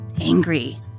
angry